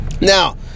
Now